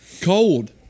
Cold